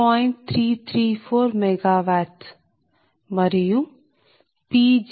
334 MW మరియుPg1 Pg2 184